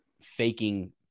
faking